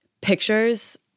pictures